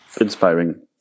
inspiring